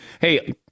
hey